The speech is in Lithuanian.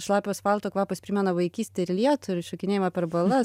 šlapio asfalto kvapas primena vaikystę ir lietų ir šokinėjimą per balas